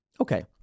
Okay